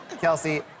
Kelsey